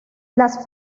las